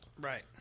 Right